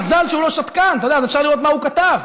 מזל שהוא לא שתקן, אז אפשר לראות מה הוא כתב.